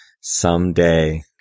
someday